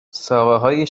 ساقههای